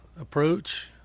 approach